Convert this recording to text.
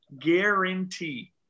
Guarantee